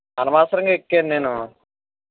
అనవసరంగా ఎక్కాను నేను